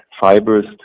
fibers